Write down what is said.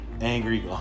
angry